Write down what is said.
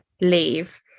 leave